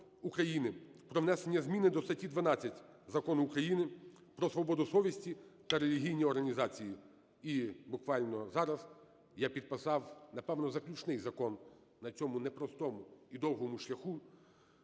України "Про зміни до статті 12 Закону України "Про свободу совісті та релігійні організації". І буквально зараз я підписав, напевно, заключний закон на цьому непростому і довгому шляху